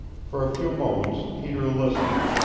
for a few moments peter listened.